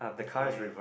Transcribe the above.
okay